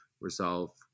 resolve